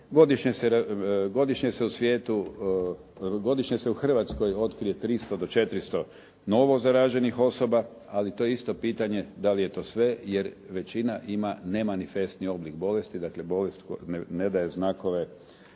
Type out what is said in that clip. Godišnje se u Hrvatskoj otkrije 300 do 400 novo zaraženih osoba, ali to je isto pitanje da li je to sve jer većina ima nemanifestni oblik bolesti, dakle bolest ne daje znakove